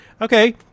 okay